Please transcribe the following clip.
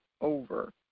over